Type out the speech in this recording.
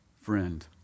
friend